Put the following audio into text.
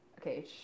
Okay